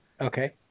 Okay